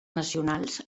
nacionals